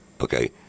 okay